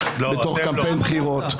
בתוך קמפיין בחירות.